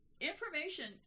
information